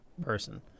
person